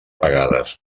pagades